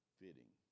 fitting